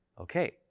okay